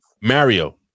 Mario